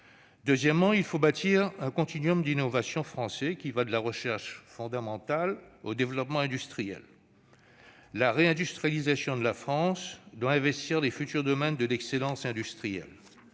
Deuxièmement, il faut bâtir un continuum d'innovation français, qui va de la recherche fondamentale au développement industriel. La réindustrialisation de la France doit investir les futurs domaines de l'excellence industrielle.